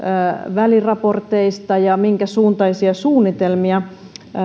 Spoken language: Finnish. väliraporteista ja minkä suuntaisia suunnitelmia